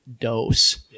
dose